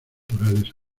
culturales